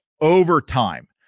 overtime